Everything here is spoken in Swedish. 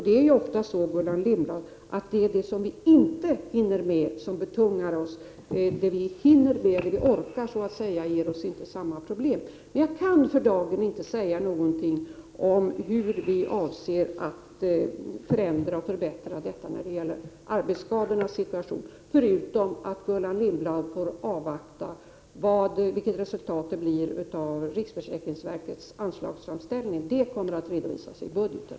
Det är ju ofta det som vi inte hinner med som betungar oss, Gullan Lindblad. Det vi hinner med och orkar ger oss inte samma problem. Men jag kan för dagen inte säga någonting om hur regeringen avser att förändra och förbättra situationen när det gäller arbetsskadorna. Gullan Lindblad får avvakta vad riksförsäkringsverkets anslagsframställning ger för resultat. Det kommer att redovisas i budgeten.